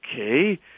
okay